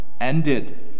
ended